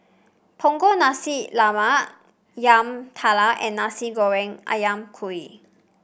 Punggol Nasi Lemak Yam Talam and Nasi Goreng ayam Kunyit